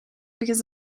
because